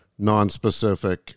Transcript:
nonspecific